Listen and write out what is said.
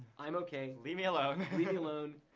i'm okay, leave me alone. leave me alone.